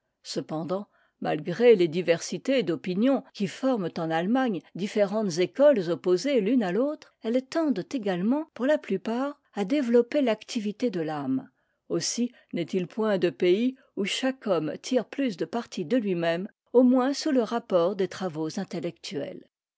cependant malgré les diversités d'opinions qui forment en allemagne différentes écoles opposées l'une à l'autre elles tendent également pour la plupart à développer l'activité de l'âme aussi n'est-il point de pays où chaque homme tire plus de parti de lui-même au moins sous le rapport des travaux intellectuels